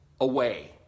away